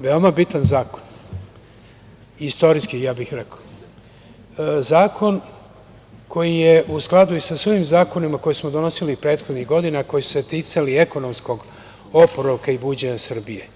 veoma bitan zakon, istorijski ja bih rekao, zakon koji je u skladu i sa svim zakonima koji smo donosili prethodnih godina, koji su se ticali ekonomskog oporavka i buđenja Srbije.